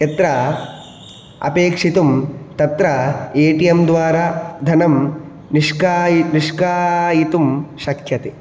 यत्र अपेक्षितुं तत्र ए टि एम् द्वारा धनं निष्कायि निष्कासयितुं शक्यते